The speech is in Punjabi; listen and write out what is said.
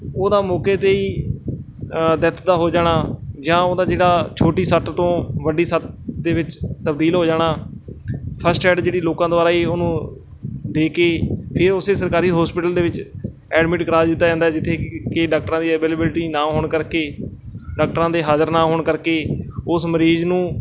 ਉਹਦਾ ਮੌਕੇ 'ਤੇ ਹੀ ਡੈਥ ਦਾ ਹੋ ਜਾਣਾ ਜਾਂ ਉਹਦਾ ਜਿਹੜਾ ਛੋਟੀ ਸੱਟ ਤੋਂ ਵੱਡੀ ਸੱਟ ਦੇ ਵਿੱਚ ਤਬਦੀਲ ਹੋ ਜਾਣਾ ਫਸਟਐਡ ਜਿਹੜੀ ਲੋਕਾਂ ਦੁਆਰਾ ਹੀ ਉਹਨੂੰ ਦੇ ਕੇ ਫਿਰ ਉਸ ਸਰਕਾਰੀ ਹੋਸਪੀਟਲ ਦੇ ਵਿੱਚ ਐਡਮਿਟ ਕਰਵਾ ਦਿੱਤਾ ਹੈ ਜਾਂਦਾ ਜਿੱਥੇ ਕਿ ਡਾਕਟਰਾਂ ਦੀ ਅਵੇਲੇਬਿਲਿਟੀ ਨਾ ਹੋਣ ਕਰਕੇ ਡਾਕਟਰਾਂ ਦੇ ਹਾਜ਼ਰ ਨਾ ਹੋਣ ਕਰਕੇ ਉਸ ਮਰੀਜ਼ ਨੂੰ